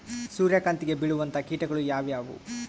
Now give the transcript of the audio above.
ಸೂರ್ಯಕಾಂತಿಗೆ ಬೇಳುವಂತಹ ಕೇಟಗಳು ಯಾವ್ಯಾವು?